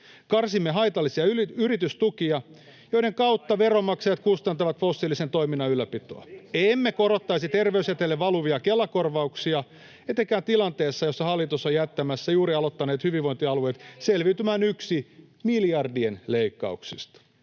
Karsisimme haitallisia yritystukia, joiden kautta veronmaksajat kustantavat fossiilisen toiminnan ylläpitoa. Emme korottaisi terveysjäteille valuvia Kela-korvauksia, etenkään tilanteessa, jossa hallitus on jättämässä juuri aloittaneet hyvinvointialueet selviytymään yksin miljardien leikkauksista.